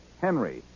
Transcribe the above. Henry